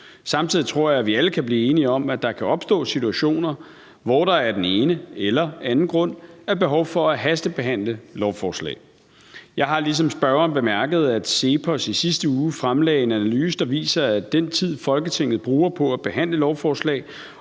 Samtidig tror jeg, at vi alle kan blive enige om, at der kan opstå situationer, hvor der af den ene eller den anden grund er behov for at hastebehandle lovforslag. Jeg har ligesom spørgeren bemærket, at CEPOS i sidste uge fremlagde en analyse, der viser, at den tid, Folketinget bruger på at behandle lovforslag,